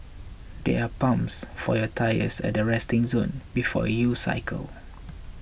there are pumps for your tyres at the resting zone before you cycle